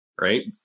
right